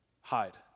Hide